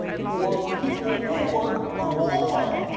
for people who work for walmart.